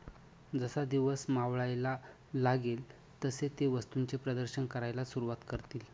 जसा दिवस मावळायला लागेल तसे ते वस्तूंचे प्रदर्शन करायला सुरुवात करतील